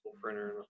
printer